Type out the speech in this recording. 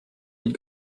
быть